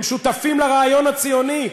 הם שותפים לרעיון הציוני,